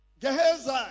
Gehazi